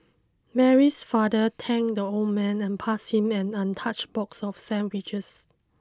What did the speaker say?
Mary's father thanked the old man and passed him an untouched box of sandwiches